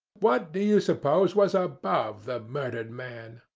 what do you suppose was ah above the murdered man?